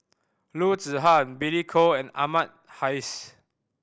Loo Zihan Billy Koh and Ahmad Hais